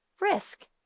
risk